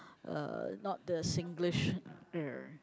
uh not the Singlish uh